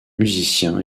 musicien